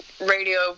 radio